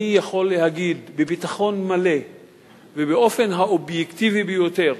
אני יכול להגיד בביטחון מלא ובאופן האובייקטיבי ביותר,